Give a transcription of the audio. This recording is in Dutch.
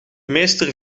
meester